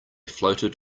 floated